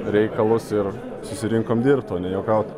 reikalus ir susirinkom dirbt o ne juokaut